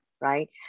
Right